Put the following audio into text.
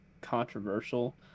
controversial